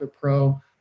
Pro